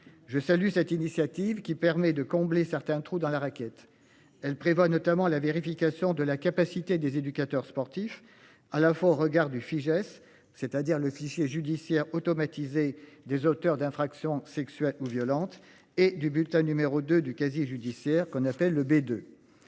Je salue cette initiative qui permet de combler certains trous dans la raquette. Elle prévoit notamment la vérification de la capacité des éducateurs sportifs à la fois au regard du Fijais, c'est-à-dire le fichier judiciaire automatisé des auteurs d'infractions sexuelles ou violentes et du bulletin numéro 2 du casier judiciaire qu'on appelle le B